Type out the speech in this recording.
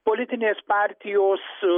politinės partijos